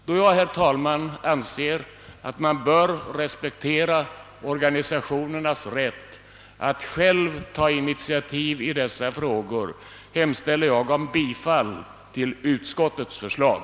Då jag, herr talman, anser att man bör respektera organisationernas rätt att själva ta initiativ i dessa frågor, hemställer jag om bifall till utskottets hemställan.